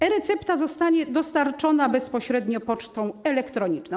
E-recepta zostanie dostarczona bezpośrednio pocztą elektroniczną.